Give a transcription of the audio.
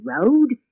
road